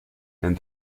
and